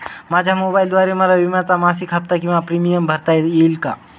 माझ्या मोबाईलद्वारे मला विम्याचा मासिक हफ्ता किंवा प्रीमियम भरता येईल का?